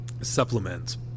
supplements